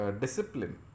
discipline